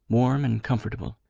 warm and comfortable,